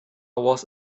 was